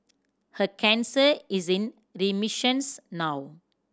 her cancer is in remissions now